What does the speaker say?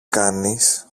κάνεις